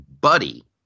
buddy